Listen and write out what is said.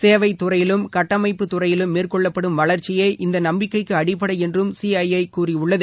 சேவைத்துறையிலும் கட்டமைப்பு துறையிலும் மேற்கொள்ளப்படும் வளர்ச்சியே இந்த நம்பிக்கைக்கு அடிப்படை என்றும் சிஐஐ கூறியுள்ளது